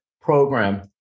program